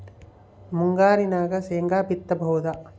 ಮುಂಗಾರಿನಾಗ ಶೇಂಗಾ ಬಿತ್ತಬಹುದಾ?